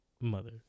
mother